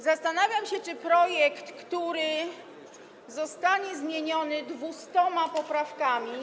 Zastanawiam się, czy projekt, który zostanie zmieniony 200 poprawkami.